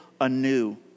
anew